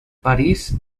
parís